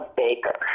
baker